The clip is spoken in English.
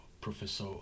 Professor